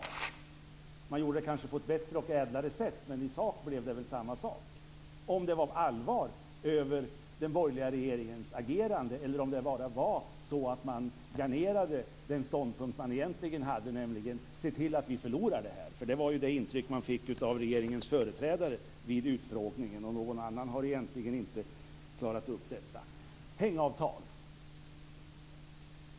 Regeringen kanske gjorde det på ett bättre och ädlare sätt, men i sak var det samma sak, dvs. om det var allvar i den borgerliga regeringens agerande eller om regeringen planerade den egentligen ståndpunkten, nämligen att förlora. Det var det intrycket regeringens företrädare gav vid utfrågningen, och ingen annan har klarat upp det.